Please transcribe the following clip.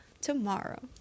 tomorrow